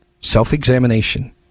Self-examination